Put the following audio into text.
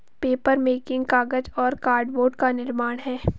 papermaking कागज और cardboard का निर्माण है